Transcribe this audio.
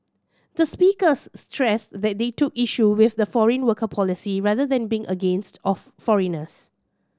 the speakers stressed that they took issue with the foreign worker policy rather than being against of foreigners